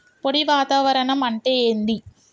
పొడి వాతావరణం అంటే ఏంది?